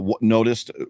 noticed